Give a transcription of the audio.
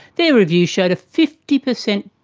their review showed a fifty percent